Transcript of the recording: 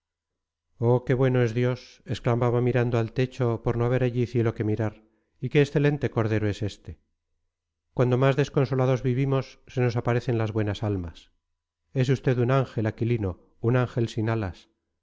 oh qué bueno es dios exclamaba mirando al techo por no haber allí cielo que mirar y qué excelente cordero es este cuando más desconsolados vivimos se nos aparecen las buenas almas es usted un ángel aquilino un ángel sin alas